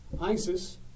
Isis